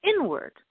inward